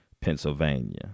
Pennsylvania